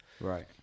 Right